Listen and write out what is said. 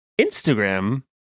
Instagram